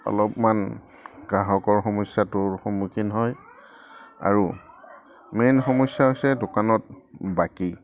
অলপমান গ্ৰাহকৰ সমস্যাটোৰ সন্মুখীন হয় আৰু মেইন সমস্যা হৈছে দোকানত বাকী